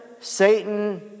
Satan